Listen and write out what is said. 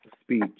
speech